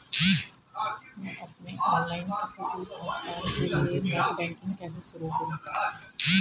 मैं अपने ऑनलाइन किसी भी भुगतान के लिए नेट बैंकिंग कैसे शुरु करूँ?